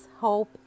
hope